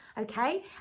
Okay